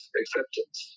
acceptance